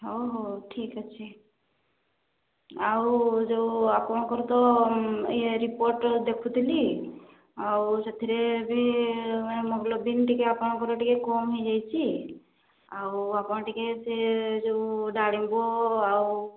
ହଉ ହଉ ଠିକ ଅଛି ଆଉ ଯେଉଁ ଆପଣଙ୍କର ତ ଇଏ ରିପୋର୍ଟ ଦେଖୁଥିଲି ଆଉ ସେଥିରେ ବି ହିମୋଗ୍ଲୋବିନ ଟିକେ ଆପଣଙ୍କର ଟିକେ କମ ହୋଇଯାଇଛି ଆଉ ଆପଣ ଟିକେ ସେ ଯେଉଁ ଡାଳିମ୍ବ ଆଉ ସେଓ